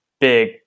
big